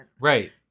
Right